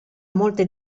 molte